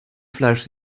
fleisch